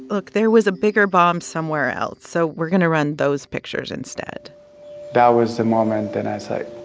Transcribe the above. look. there was a bigger bomb somewhere else, so we're going to run those pictures instead that was the moment that i say,